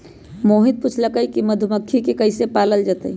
मोहित पूछलकई कि मधुमखि के कईसे पालल जतई